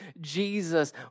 Jesus